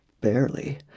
barely